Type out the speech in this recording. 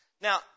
Now